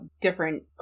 different